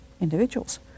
individuals